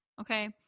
Okay